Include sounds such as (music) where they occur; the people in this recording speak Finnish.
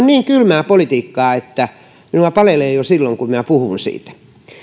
(unintelligible) niin kylmää politiikkaa että minua palelee jo silloin kun minä puhun siitä